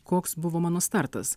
koks buvo mano startas